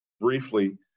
briefly